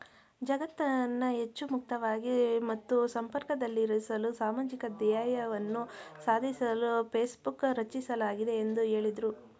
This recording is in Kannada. ಜಗತ್ತನ್ನ ಹೆಚ್ಚು ಮುಕ್ತವಾಗಿ ಮತ್ತು ಸಂಪರ್ಕದಲ್ಲಿರಿಸಲು ಸಾಮಾಜಿಕ ಧ್ಯೇಯವನ್ನ ಸಾಧಿಸಲು ಫೇಸ್ಬುಕ್ ರಚಿಸಲಾಗಿದೆ ಎಂದು ಹೇಳಿದ್ರು